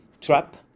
trap